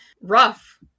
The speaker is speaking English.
rough